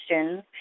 questions